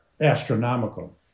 astronomical